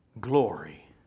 glory